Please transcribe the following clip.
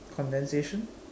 condensation